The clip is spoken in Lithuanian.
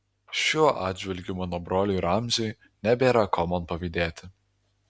šiuo atžvilgiu mano broliui ramziui nebėra ko man pavydėti